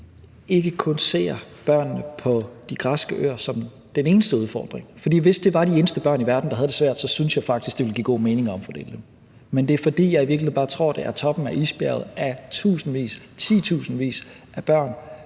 ikke ser børnene på de græske øer som den eneste udfordring, for hvis det var de eneste børn i verden, der havde det svært, synes jeg faktisk, at det ville give god mening at omfordele dem. Men det er, fordi jeg i virkeligheden bare tror, at det er toppen af isbjerget af tusindvis, titusindvis af børn